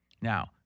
Now